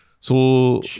So-